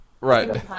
Right